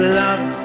love